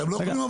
אתם לא יכולים,